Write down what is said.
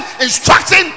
instructing